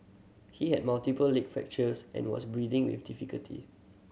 he had multiple leg fractures and was breathing with difficulty